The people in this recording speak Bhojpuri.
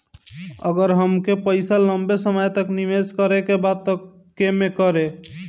अगर हमके पईसा लंबे समय तक निवेश करेके बा त केमें करों?